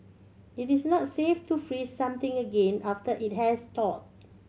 it is not safe to freeze something again after it has thawed